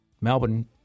Melbourne